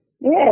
Yes